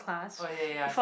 oh ya yahs